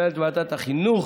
מנהלת ועדת החינוך,